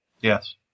Yes